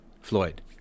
Floyd